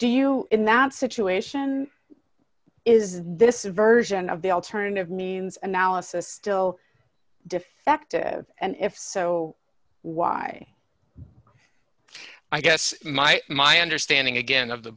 do you in that situation is this version of the alternative means an analysis still defective and if so why i guess my my understanding again of the